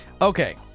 Okay